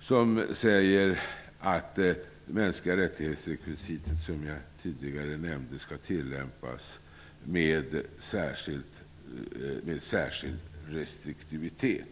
som säger att mänskliga rättighetsrekvisitet, som jag tidigare nämnde, skall tillämpas med särskild restriktivitet.